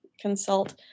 consult